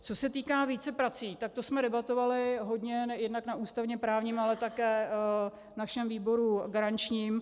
Co se týká víceprací, tak to jsme debatovali hodně jednak na ústavněprávním, ale také našem výboru garančním.